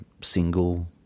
single